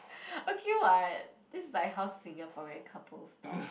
okay [what] this is like how Singaporean couples talk